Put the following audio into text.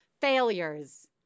Failures